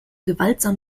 gewaltsam